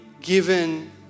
given